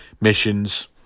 missions